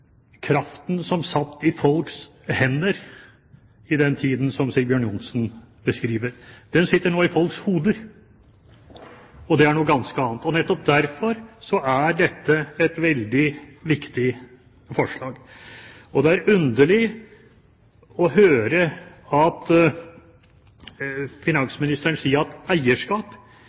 kraften som satt i folks hender i den tiden som Sigbjørn Johnsen beskriver, sitter nå i folks hoder, og det er noe ganske annet. Nettopp derfor er dette et veldig viktig forslag. Det er underlig å høre finansministeren si at eierskap